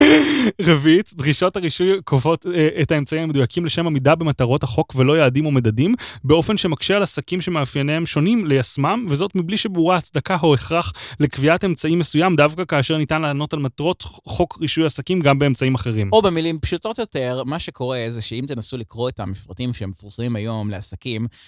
רווית דרישות הרישוי קובעות את האמצעים המדויקים לשם עמידה במטרות החוק ולא יעדים ומדדים באופן שמקשה על עסקים שמאפייניהם שונים ליישמם וזאת מבלי שבורה הצדקה או הכרח לקביעת אמצעים מסוים דווקא כאשר ניתן לענות על מטרות חוק רישוי עסקים גם באמצעים אחרים. או במילים פשוטות יותר מה שקורה זה שאם תנסו לקרוא את המפרטים שהם מפורסמים היום לעסקים.